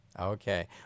Okay